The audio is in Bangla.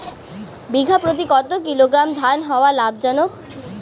বিঘা প্রতি কতো কিলোগ্রাম ধান হওয়া লাভজনক?